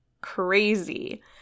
crazy